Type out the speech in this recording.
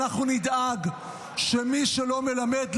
אנחנו נדאג שמי שלא מלמד,